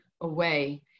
away